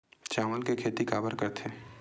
चावल के खेती काबर करथे?